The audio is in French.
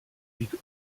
ligue